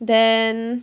then